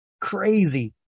crazy